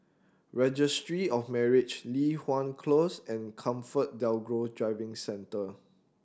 Registry of Marriage Li Hwan Close and ComfortDelGro Driving Centre